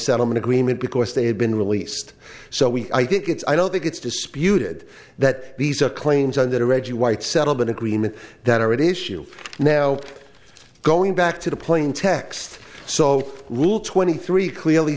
settlement agreement because they had been released so we i think it's i don't think it's disputed that these are claims on that or reggie white settlement agreement that are it is you now going back to the plain text so rule twenty three clearly